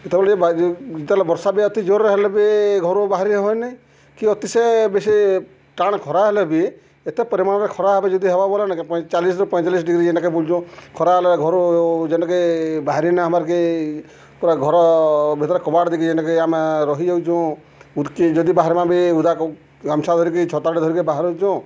ଯେତେବେଳେ ଯେତେବେଳେ ବର୍ଷା ବି ଅତି ଜୋର୍ରେ ହେଲେ ବି ଘରୁ ବାହାରି ହୁଏନି କି ଅତି ସେ ବେଶୀ ଟାଣ୍ ଖରା ହେଲେ ବି ଏତେ ପରିମାଣରେ ଖରା ହେବ ଯଦି ହେବ ବେଲେ ନି କେଁ ଚାଳିଶ୍ରୁ ପଇଁଚାଲିଶ୍ ଡିଗ୍ରୀ ଯେନ୍ଟାକେ ବଲୁଚୁଁ ଖରା ହେଲେ ଘରୁ ଯେନ୍ଟାକି ବାହାରି ନା ହେବାର୍ କି ପୁରା ଘର ଭିତ୍ରେ କବାଟ୍ ଦେଇକି ଯେନ୍ଟାକି ଆମେ ରହିଯାଉଚୁ ଉତ୍କି ଯଦି ବାହାର୍ମା ବି ଉଦା ଗାମ୍ଛା ଧରିକି ଛତାଟେ ଧରିକି ବାହାରୁଚୁଁ